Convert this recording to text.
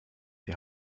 die